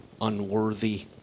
unworthy